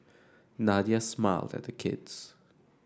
Nadia smiled at the kids